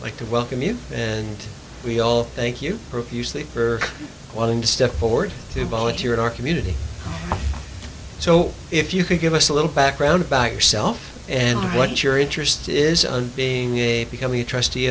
like to welcome you and we all thank you profusely for wanting to step forward to volunteer in our community so if you could give us a little background about yourself and what your interest is a being a becoming a trustee